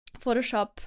Photoshop